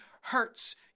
hurts